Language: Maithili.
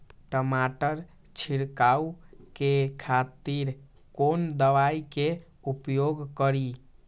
टमाटर छीरकाउ के खातिर कोन दवाई के उपयोग करी?